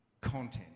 content